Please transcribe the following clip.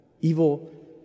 Evil